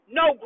no